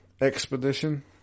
expedition